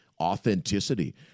authenticity